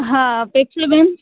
હા અપેક્ષાબેન